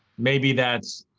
maybe that's,